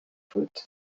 faute